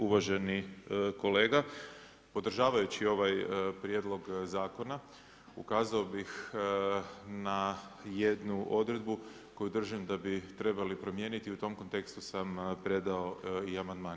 Uvaženi kolega. podržavajući ovaj prijedlog zakona ukazao bih na jednu odredbu koju držim da bi trebali promijeniti i u tim kontekstu sam predao i amandman.